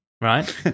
right